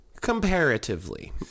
Comparatively